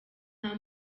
nta